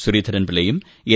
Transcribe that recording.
ശ്രീധരൻപിള്ളയും N